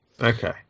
Okay